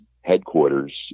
headquarters